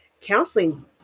Counseling